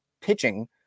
pitching